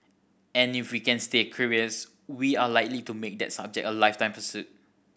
and if we can stay curious we are likely to make that subject a lifetime pursuit